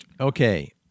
Okay